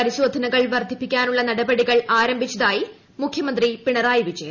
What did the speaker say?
പരിശോധനകൾ വർദ്ധിപ്പിക്കാനുളള നടപടികൾ ആരംഭിച്ചതായി മുഖ്യമന്ത്രി പിണറായി വിജയൻ